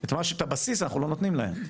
את הבסיס אנחנו לא נותנים להם,